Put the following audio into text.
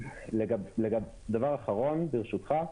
דבר אחרון, ברשותך,